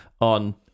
on